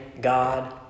God